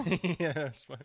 Yes